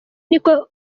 niko